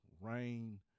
rain